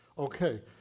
Okay